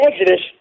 Exodus